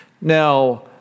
Now